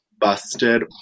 busted